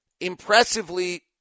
impressively